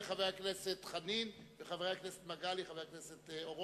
חבר הכנסת חנין וחברי הכנסת מגלי והבה ואורון.